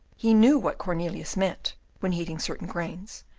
he knew what cornelius meant when heating certain grains,